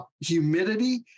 humidity